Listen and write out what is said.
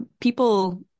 people